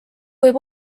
võib